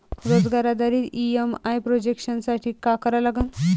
रोजगार आधारित EMI projection साठी का करा लागन?